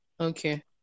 Okay